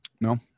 No